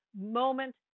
moment